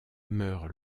meurt